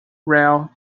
rail